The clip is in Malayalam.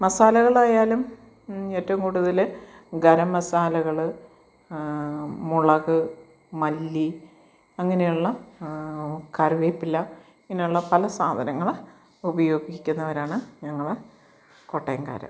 മസാലകളായാലും ഏറ്റവും കൂടുതൽ ഗരം മസാലകൾ മുളക് മല്ലി അങ്ങനെയുള്ള കറിവേപ്പില ഇങ്ങനെയുള്ള പല സാധനങ്ങൾ ഉപയോഗിക്കുന്നവരാണ് ഞങ്ങൾ കോട്ടയംകാർ